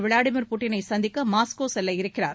Vladimir புடினை சந்திக்க Moscow செல்ல இருக்கிறார்